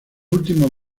últimos